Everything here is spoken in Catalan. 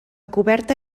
coberta